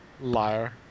Liar